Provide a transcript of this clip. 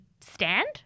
stand